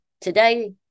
Today